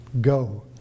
Go